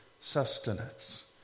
sustenance